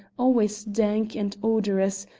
always dank and odorous,